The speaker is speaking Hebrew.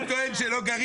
הוא טוען שלא גרים.